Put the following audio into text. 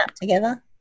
together